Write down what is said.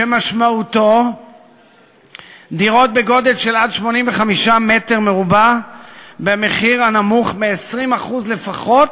שמשמעותו דירות בגודל של עד 85 מטר מרובע במחיר הנמוך מ-20% לפחות